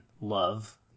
love